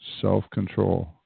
self-control